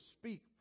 speak